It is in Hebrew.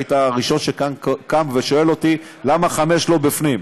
היית הראשון שקם ושואל אותי למה 5 לא בפנים.